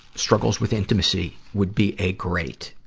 struggles with intimacy would be a great,